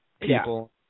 people